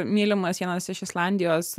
mylimas vienas iš islandijos